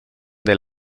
del